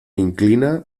inclina